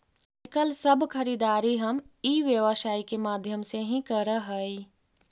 आजकल सब खरीदारी हम ई व्यवसाय के माध्यम से ही करऽ हई